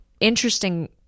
interesting